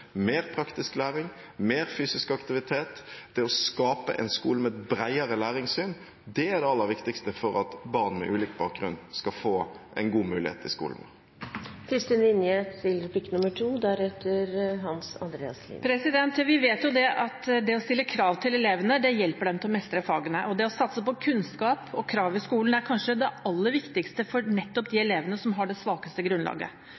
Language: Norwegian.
mer praktisk læring, mer fysisk aktivitet, det å skape en skole med et bredere læringssyn – det aller viktigste for at barn med ulik bakgrunn skal få en god mulighet i skolen. Vi vet at det å stille krav til elevene hjelper dem til å mestre fagene. Det å satse på kunnskap og krav i skolen er kanskje det aller viktigste for nettopp de elevene som har det svakeste grunnlaget.